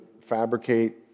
fabricate